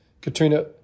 Katrina